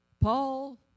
Paul